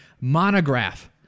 Monograph